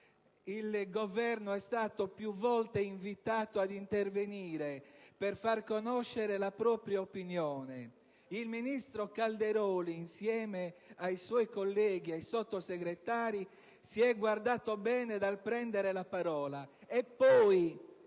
Il Governo è stato più volte invitato ad intervenire per far conoscere la propria opinione. Il ministro Calderoli, insieme ai suoi colleghi e Sottosegretari, si è guardato bene dal prendere la parola e poi,